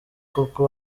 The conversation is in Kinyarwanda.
koko